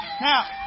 Now